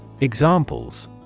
Examples